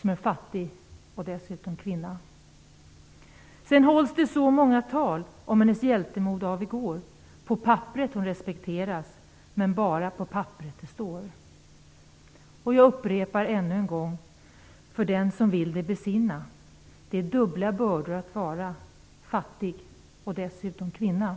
som är fattig och dessutom kvinna. Sen hålls det så många tal på pappret hon respekteras, men bara på pappret det står. Och jag upprepar ännu en gång för den som vill det besinna det är dubbla bördor att vara fattig och dessutom kvinna."